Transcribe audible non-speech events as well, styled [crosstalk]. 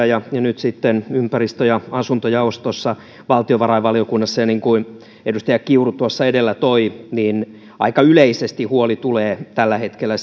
[unintelligible] ja nyt sitten ympäristö ja asuntojaostossa valtiovarainvaliokunnassa niin kuin edustaja kiuru tuossa edellä toi esiin aika yleisesti huoli tulee tällä hetkellä [unintelligible]